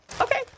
Okay